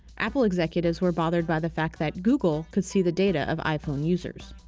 apple executives were bothered by the fact that google could see the data of iphone users.